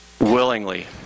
willingly